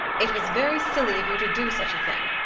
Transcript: it was very silly of you to do such a thing.